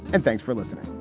and thanks for listening